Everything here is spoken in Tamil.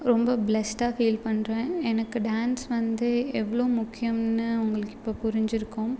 ரொம்ப ப்ளஸ்டாக ஃபீல் பண்ணுறேன் எனக்கு டான்ஸ் வந்து எவ்வளோ முக்கியம்னு உங்களுக்கு இப்போ புரிஞ்சிருக்கும்